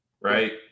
right